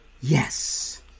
Yes